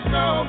no